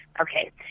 Okay